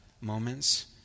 moments